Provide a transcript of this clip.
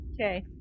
Okay